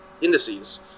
indices